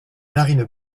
narines